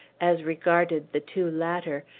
as regarded the two latter,